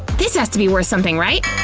this has to be worth something, right?